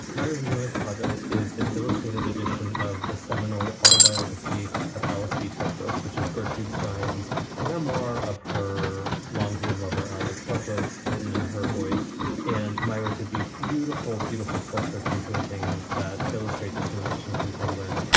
myra's newest project is an illustrated edition of the seminal autobiography of alice b toklas, which is gertrude stein's memoir. of her longtime lover, alice toklas, written in her voice and myra did these beautiful, beautiful portraits and paintings that illustrate this new addition from penguin.